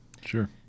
Sure